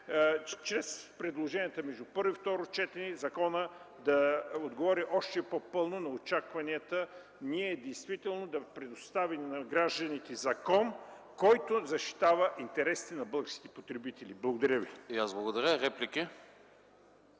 чрез предложенията между първо и второ четене, за да може законът още по-пълно да отговори на очакванията действително да предоставим на гражданите закон, който защитава интересите на българските потребители. Благодаря.